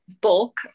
bulk